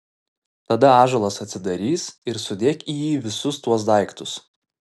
tada ąžuolas atsidarys ir sudėk į jį visus tuos daiktus